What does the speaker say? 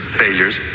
failures